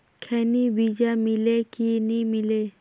खैनी बिजा मिले कि नी मिले?